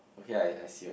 okay I I see